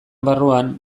barruan